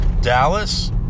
Dallas